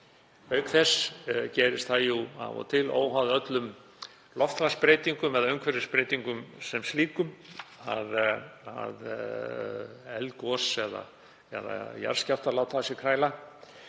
Auk þess gerist það jú af og til, óháð öllum loftslagsbreytingum eða umhverfisbreytingum sem slíkum, að eldgos eða jarðskjálftar láta á sér kræla.